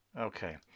Okay